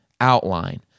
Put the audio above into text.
outline